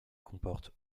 comporte